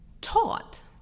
taught